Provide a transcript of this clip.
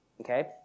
Okay